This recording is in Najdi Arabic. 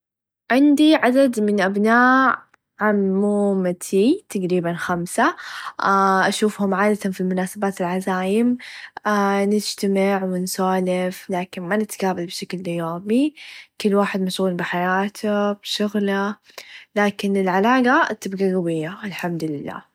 عندي عدد من ابناء عمومتي تقرببا خمسه اااه اشوفهم عادتا في المناسبات العزايم اااه نچتمع و نسوالف لاكن ما نتقابل بشكل يومي كل واحد مشغول بحياته بشغله لاكن العلاقه بتبقى قويه الحمد الله.